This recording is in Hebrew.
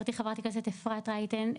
חברתי חברת הכנסת אפרת רייטן,